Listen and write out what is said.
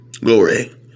glory